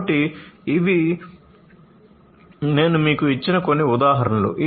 కాబట్టి ఇవి నేను మీకు ఇచ్చిన కొన్ని ఉదాహరణలు